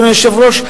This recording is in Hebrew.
אדוני היושב-ראש,